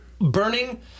Burning